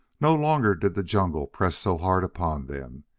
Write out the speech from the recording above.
no longer did the jungle press so hard upon them.